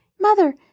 Mother